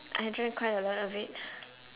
I drank quite a lot of it